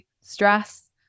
stress